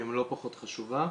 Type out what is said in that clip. תודה.